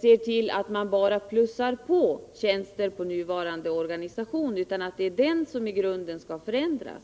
ser till att man inte bara plussar på tjänster till den nuvarande organisationen, eftersom det är den som i grunden måste ändras.